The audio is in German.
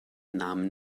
namen